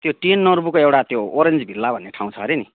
त्यो टिएन नोर्बुको एउटा त्यो ओरेन्ज भिल्ला भन्ने ठाउँ छ अरे नि